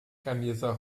camisa